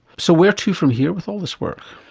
so where to from here with all this work?